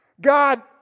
God